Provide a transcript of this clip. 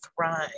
thrive